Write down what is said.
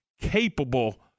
capable